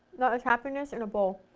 that is happiness in a bowl!